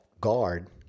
guard